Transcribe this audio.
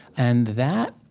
and that,